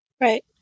Right